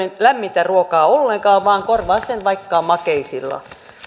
lämmintä ruokaa ollenkaan vaan korvaa sen vaikka makeisilla